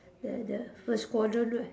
the the first quadrant right